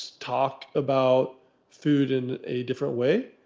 talk about food in a different way.